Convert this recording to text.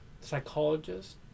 psychologist